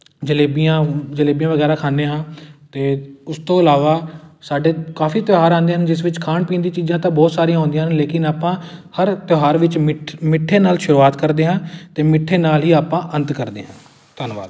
ਜਲੇਬੀਆਂ ਜਲੇਬੀਆਂ ਵਗੈਰਾ ਖਾਂਦੇ ਹਾਂ ਅਤੇ ਉਸ ਤੋਂ ਇਲਾਵਾ ਸਾਡੇ ਕਾਫੀ ਤਿਉਹਾਰ ਆਉਂਦੇ ਹਨ ਜਿਸ ਵਿੱਚ ਖਾਣ ਪੀਣ ਦੀ ਚੀਜ਼ਾਂ ਤਾਂ ਬਹੁਤ ਸਾਰੀਆਂ ਹੁੰਦੀਆਂ ਹਨ ਲੇਕਿਨ ਆਪਾਂ ਹਰ ਤਿਉਹਾਰ ਵਿੱਚ ਮਿੱਠ ਮਿੱਠੇ ਨਾਲ ਸ਼ੁਰੂਆਤ ਕਰਦੇ ਹਾਂ ਅਤੇ ਮਿੱਠੇ ਨਾਲ ਹੀ ਆਪਾਂ ਅੰਤ ਕਰਦੇ ਹਾਂ ਧੰਨਵਾਦ